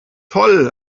toll